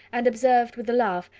and observed, with a laugh,